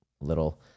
little